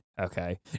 Okay